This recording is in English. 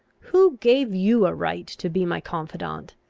who gave you a right to be my confidant?